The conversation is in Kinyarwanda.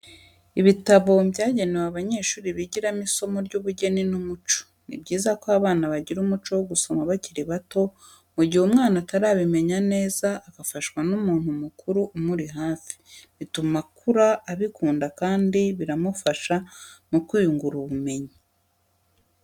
Ibitabo byagewe abanyeshuri bigiramo isomo ry'ubugeni n'umuco, ni byiza ko abana bagira umuco wo gusoma bakiri bato mu gihe umwana atarabimenya neza agafaswa n'umuntu mukuru umuri hafi bituma akura abikunda kandi biramufasha mu kwiyungura ubumenyi.